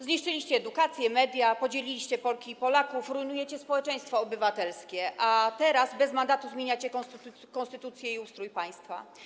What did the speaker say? Zniszczyliście edukację, media, podzieliliście Polki i Polaków, rujnujecie społeczeństwo obywatelskie, a teraz bez mandatu zmieniacie konstytucję i ustrój państwa.